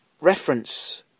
reference